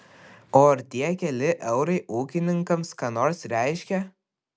o ar tie keli eurai ūkininkams ką nors reiškia